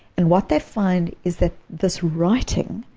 and what they find is that this writing